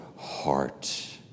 heart